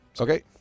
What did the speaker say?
Okay